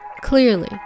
Clearly